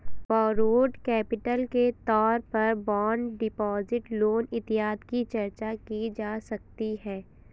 borrowed capital के तौर पर बॉन्ड डिपॉजिट लोन इत्यादि की चर्चा की जा सकती है